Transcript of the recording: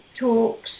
talks